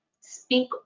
Speak